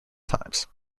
times